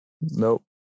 nope